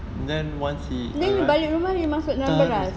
then you balik rumah you masuk dalam beras